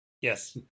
Yes